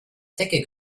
zecke